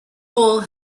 hole